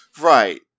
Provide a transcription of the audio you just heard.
Right